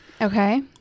okay